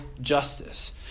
justice